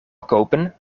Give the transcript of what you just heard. kopen